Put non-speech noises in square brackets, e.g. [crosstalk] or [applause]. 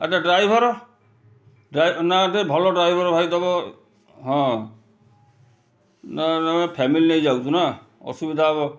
ଆଚ୍ଛା ଡ୍ରାଇଭର [unintelligible] ନା ଟିକେ ଭଲ ଡ୍ରାଇଭର ଭାଇ ଦବ ହଁ ନା ନା ଆମେ ଫ୍ୟାମିଲି ନେଇ ଯାଉଛୁ ନା ଅସୁବିଧା ହବ